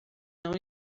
não